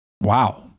wow